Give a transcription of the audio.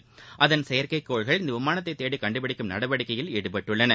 ப்பு செயற்கைக்கோள்கள் இந்த விமானத்தை தேடி கண்டுபிடிக்கும் நடவடிக்கையில் அதன் ஈடுபட்டுள்ளன